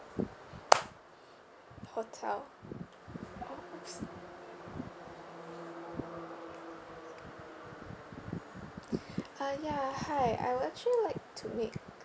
hotel almost uh ya hi I would actually like to make